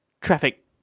traffic